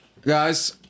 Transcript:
Guys